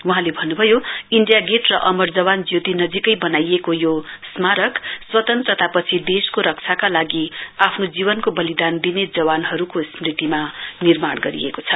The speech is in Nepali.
वहाँले भन्न्भयो इण्डिया गेट र अमर जवान ज्याति नजीकै बनाइएको यो स्मारक स्वतन्त्रतापछि देशको रक्षाको लागि आफ्नो जीवनको वलिदान दिने जवानहरुको स्मृतिमा निमार्ण गरिएको छ